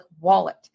wallet